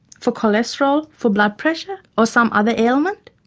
for cholesterol, for blood pressure, or some other ailment?